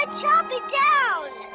chop it down!